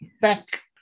back